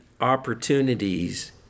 opportunities